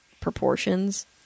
proportions